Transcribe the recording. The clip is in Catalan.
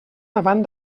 davant